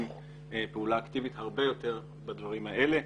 פעולה אקטיבית הרבה יותר בדברים האלה.